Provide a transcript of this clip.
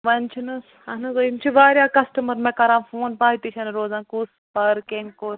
وۄنۍ چھُ نا حظ اہن حظ اۭں یِم چھِ واریاہ کَسٹمَر مےٚ کران فون پاے تہِ چھَنہٕ روزان کۄس پارکِنٛگ کۄس